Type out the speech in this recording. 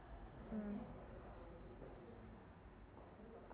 mm